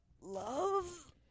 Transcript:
love